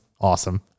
awesome